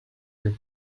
your